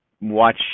watch